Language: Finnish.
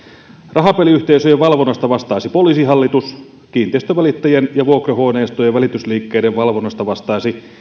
rahapeliyhteisöjen valvonnasta vastaisi poliisihallitus ja kiinteistönvälittäjien ja vuokrahuoneistojen välitysliikkeiden valvonnasta vastaisi